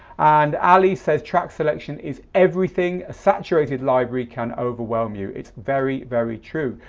and ali says track selection is everything, a saturated library can overwhelm you. it's very very true.